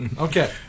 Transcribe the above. Okay